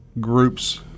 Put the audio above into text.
groups